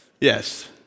Yes